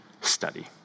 study